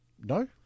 No